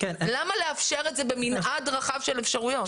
למה לאפשר את זה במנעד רחב של אפשרויות?